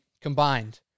combined